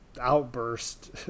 outburst